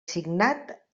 signat